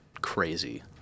crazy